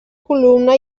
columna